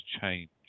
change